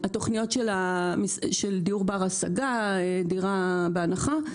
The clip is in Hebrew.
התכניות של דיור בר השגה, דירה בהנחה.